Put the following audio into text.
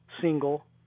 single